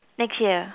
next year